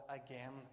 again